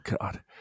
God